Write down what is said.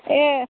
ए